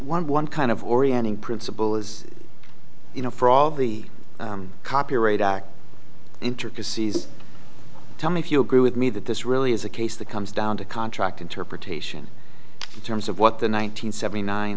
one one kind of orienting principle as you know for all the copyright act intricacies tell me if you agree with me that this really is a case that comes down to contract interpretation in terms of what the one nine hundred seventy nine